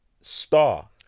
star